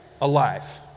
alive